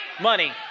Money